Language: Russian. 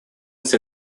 быть